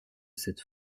cette